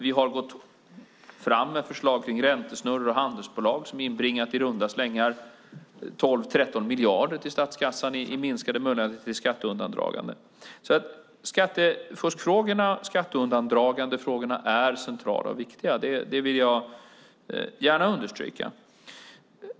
Vi har gått fram med förslag om räntesnurror och handelsbolag som i runda slängar inbringat 12-13 miljarder till statskassan i minskade möjligheter till skatteundandragande. Skattefuskfrågorna och skatteundandragandefrågorna är alltså centrala och viktiga. Det vill jag gärna understryka.